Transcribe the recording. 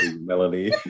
Melanie